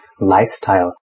lifestyle